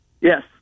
Yes